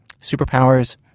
superpowers